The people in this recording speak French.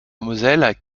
moselle